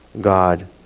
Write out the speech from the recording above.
God